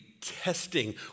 testing